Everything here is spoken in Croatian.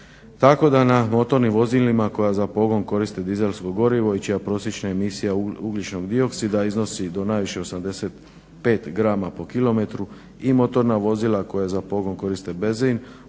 tako da na motornim vozilima koja za pogon koriste dizelsko gorivo i čija prosječna emisija ugljičnog dioksida iznosi do najviše 85 grama po kilometru i motorna vozila koja za pogon koriste benzin